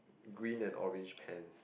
green and orange pants